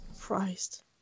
christ